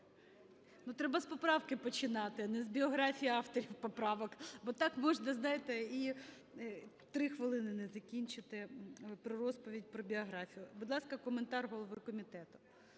Треба з поправки починати, а не з біографії авторів поправок, бо так можна, знаєте, і три хвилини не закінчити про розповідь про біографію. Будь ласка, коментар голови комітету.